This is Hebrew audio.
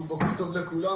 בוקר טוב לכולם.